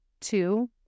Two